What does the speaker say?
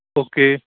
okay